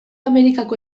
amerikako